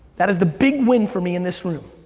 that is the big win for me in this room.